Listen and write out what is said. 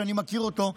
שאני מכיר אותו,